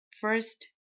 first